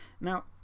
now